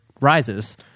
Rises